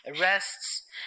Arrests